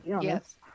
yes